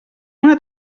una